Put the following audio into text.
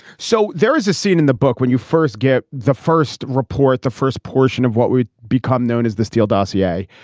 so there is a scene in the book when you first get the first report, the first portion of what would become known as the steele dossier.